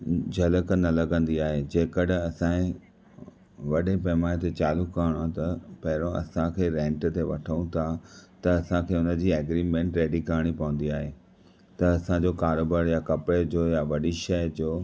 झलक न लॻंदी आहे जेकॾहिं असांजे वॾे पैमाने ते चालू करणो आहे त पहिरियों असांखे रेन्ट ते वठूं था त असांखे उन जी एग्रीमेन्ट रेडी करणी पवन्दी आहे त असांजो कारोबार या कपड़े जो या वॾी शइ जो